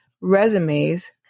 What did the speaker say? resumes